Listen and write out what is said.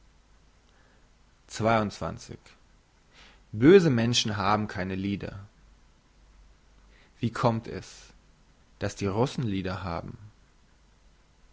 böse menschen haben keine lieder wie kommt es dass die russen lieder haben